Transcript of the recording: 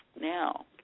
now